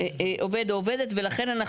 ולכן,